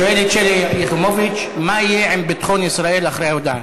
שואלת שלי יחימוביץ: מה יהיה עם ביטחון ישראל אחרי ההודעה?